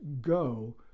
go